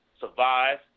survive